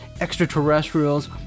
extraterrestrials